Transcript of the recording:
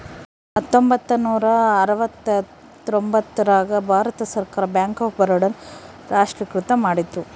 ಹತ್ತೊಂಬತ್ತ ನೂರ ಅರವತ್ತರ್ತೊಂಬತ್ತ್ ರಾಗ ಭಾರತ ಸರ್ಕಾರ ಬ್ಯಾಂಕ್ ಆಫ್ ಬರೋಡ ನ ರಾಷ್ಟ್ರೀಕೃತ ಮಾಡಿತು